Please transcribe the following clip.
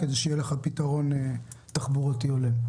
כדי שיהיה לך פתרון תחבורתי הולם.